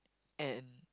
and